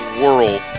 world